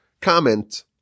comment